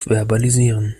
verbalisieren